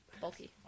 bulky